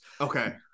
Okay